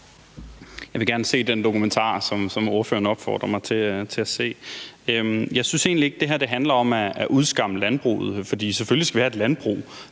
Jeg vil gerne se den dokumentar, som ordføreren opfordrer mig til at se. Jeg synes egentlig ikke, at det her handler om at udskamme landbruget, for selvfølgelig skal vi have et landbrug.